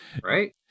right